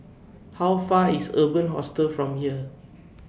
How Far IS Urban Hostel from here